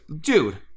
Dude